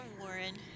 Warren